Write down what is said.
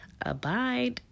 abide